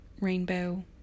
rainbow